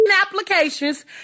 Applications